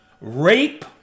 rape